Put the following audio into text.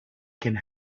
can